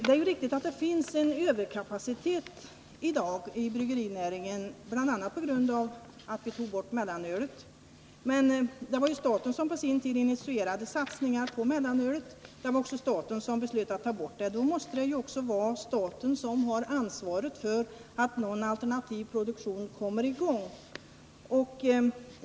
Det är också riktigt att det i dag finns en överkapacitet inom bryggerierna, bl.a. beroende på att vi tog bort mellanölet. Men det var ju staten som på sin tid tog initiativet till en satsning på mellanölet, liksom det också var staten som beslöt att ta bort mellanölet. Därför måste det vara staten som ansvarar för att vi får alternativ produktion.